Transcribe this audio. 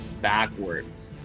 backwards